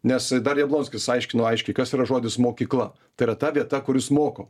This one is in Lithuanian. nes dar jablonskis aiškino aiškiai kas yra žodis mokykla tai yra ta vieta kur jus moko